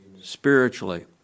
spiritually